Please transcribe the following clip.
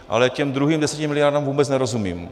Ale těm druhým 10 mld. vůbec nerozumím.